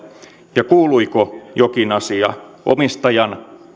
ja kuuluiko jokin asia omistajan